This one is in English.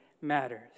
matters